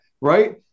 right